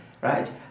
Right